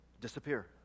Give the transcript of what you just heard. disappear